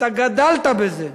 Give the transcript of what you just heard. אתה גדלת בזה,